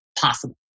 possible